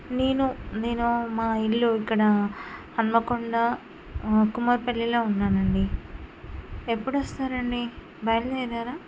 నేను నేను మా ఇల్లు ఇక్కడ హనుమకొండ కుమార్ పల్లిలో ఉన్నానండి ఎప్పుడొస్తారండి బయలుదేరారా